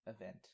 event